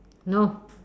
no